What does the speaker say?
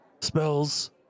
spells